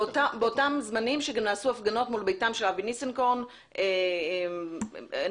באותם זמנים שנעשו הפגנות מול ביתם של אבי ניסנקורן ואיתן גינזבורג.